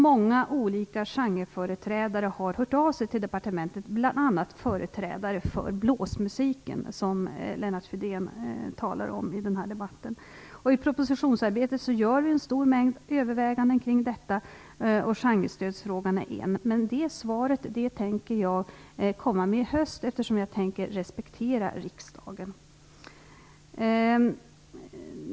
Många olika genreföreträdare har hört av sig till departementet, bl.a. företrädare för blåsmusiken, som Lennart Fridén talar om i den här debatten. I propositionsarbetet gör vi en stor mängd överväganden kring detta. Genrestödsfrågan är en fråga, men det här svaret tänker jag komma med i höst, eftersom jag respekterar riksdagen.